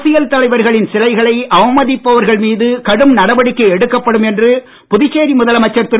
அரசியல் தலைவர்களின் சிலைகளை அவமதிப்பவர்கள் மீது கடும் நடவடிக்கை எடுக்கப்படும் என்று புதுச்சேரி முதலமைச்சர் திரு